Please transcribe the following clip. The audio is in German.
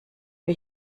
wir